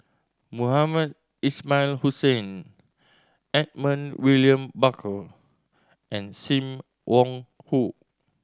Mohamed Ismail Hussain Edmund William Barker and Sim Wong Hoo